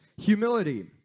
humility